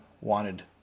wanted